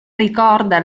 ricorda